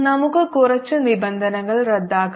നമുക്ക് കുറച്ച് നിബന്ധനകൾ റദ്ദാക്കാം